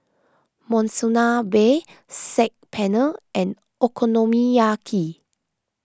Monsunabe Saag Paneer and Okonomiyaki